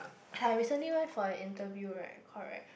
I recently went for an interview right correct